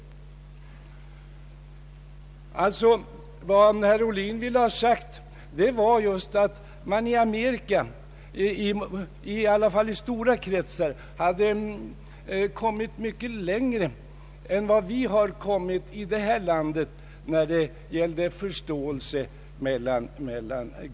Vad herr Ohlin ville ha sagt var just att man i Amerika, åtminstone i vida kretsar, hade kommit mycket längre än vi i vårt land när det gäller förståelse grupper emellan.